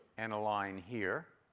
and a line here.